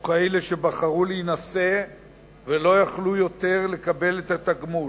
או כאלה שבחרו להינשא ולא יכלו יותר לקבל את התגמול.